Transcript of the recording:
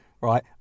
right